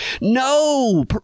No